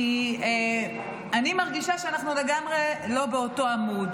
כי אני מרגישה שאנחנו לגמרי לא באותו עמוד.